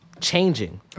changing